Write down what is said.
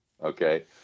Okay